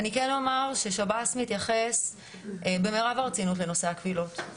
אני כן אומר ששב"ס מתייחס במרב הרצינות לנושא הקבילות,